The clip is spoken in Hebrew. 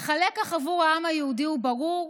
אך הלקח עבור העם היהודי הוא ברור: